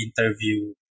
interview